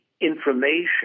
information